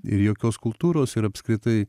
ir jokios kultūros ir apskritai